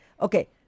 Okay